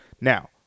Now